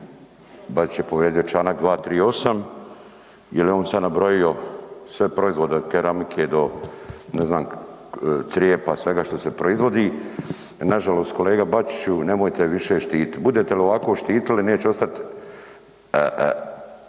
Bačić je povrijedio čl. 238. jel je on sada nabrojio sve proizvode od keramike do ne znam crijepa, svega što se proizvodi. Nažalost kolega Bačiću nemojte ih više štititi, budete li ovako štitili neće ostati